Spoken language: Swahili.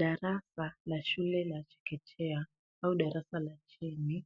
darasa la shule la chekechea au darasa la chini